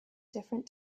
different